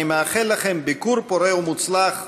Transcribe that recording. אני מאחל לכם ביקור פורה ומוצלח.